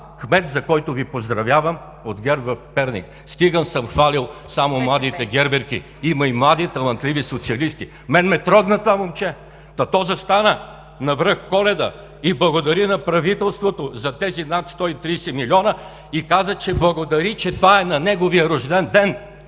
за което Ви поздравявам. Стига съм хвалил само младите герберки, има и млади талантливи социалисти. Трогна ме това момче. Та то застана на връх Коледа и благодари на правителството за тези над 130 милиона и каза, че благодари, че това е на неговия рожден ден!